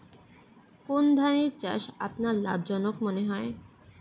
কোন ধানের চাষ আপনার লাভজনক মনে হয়?